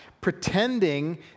pretending